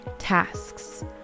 tasks